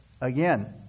again